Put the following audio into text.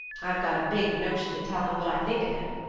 i've got a big notion to tell him what i think of him,